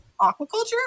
aquaculture